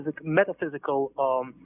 metaphysical